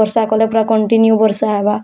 ବର୍ଷା କଲେ ପୁରା କଣ୍ଟିନ୍ୟୁ ବର୍ଷା ହେବା